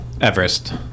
Everest